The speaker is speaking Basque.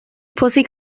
pozik